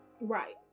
Right